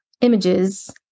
images